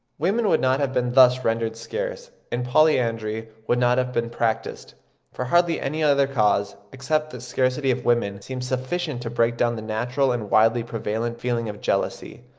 women would not have been thus rendered scarce, and polyandry would not have been practised for hardly any other cause, except the scarcity of women seems sufficient to break down the natural and widely prevalent feeling of jealousy,